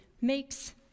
makes